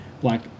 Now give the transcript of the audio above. black